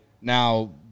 now